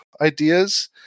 ideas